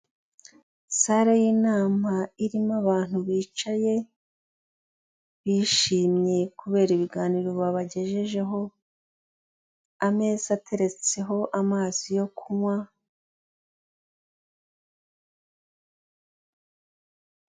Sale y'inama irimo abantu bicaye, bishimye kubera ibiganiro babagejejeho. Ameza ateretseho amazi yo kunywa...